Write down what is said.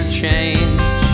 change